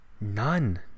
None